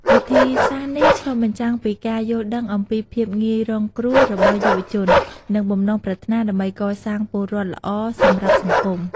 វិធីសាស្រ្តនេះឆ្លុះបញ្ចាំងពីការយល់ដឹងអំពីភាពងាយរងគ្រោះរបស់យុវជន និងបំណងប្រាថ្នាដើម្បីកសាងពលរដ្ឋល្អសម្រាប់សង្គម។